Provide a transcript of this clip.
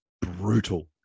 brutal